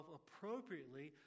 appropriately